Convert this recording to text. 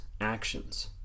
actions